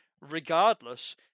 regardless